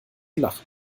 lachen